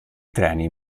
treni